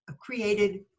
created